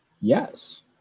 Yes